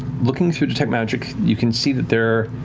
looking through detect magic, you can see that there,